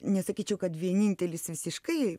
nesakyčiau kad vienintelis visiškai